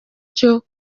cyo